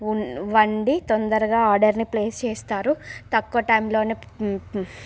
ఉం వండి తొందరగా ఆర్డర్ని ప్లేస్ చేస్తారు తక్కువ టైంలోనే